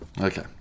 okay